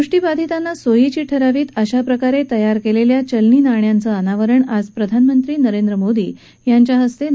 दृष्टीबाधितांना सोयीची ठरावीत अशाप्रकारे निर्मिती केलेल्या चलनी नाण्यांचं अनावरण आज प्रधानमंत्री नरेंद्र मोदी यांच्या हस्ते झालं